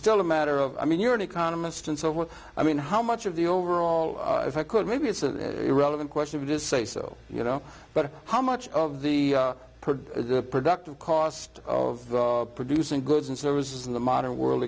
still a matter of i mean you're an economist and so what i mean how much of the overall if i could maybe it's a relevant question to say so you know but how much of the per productive cost of producing goods and services in the modern world